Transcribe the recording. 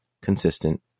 consistent